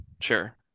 sure